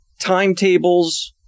timetables